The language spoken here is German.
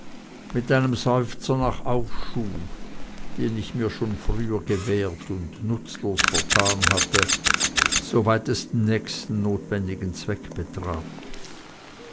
mit einem seufzer nach aufschub den ich mir schon früher gewährt und nutzlos vertan hatte soweit es den nächsten notwendigen zweck betraf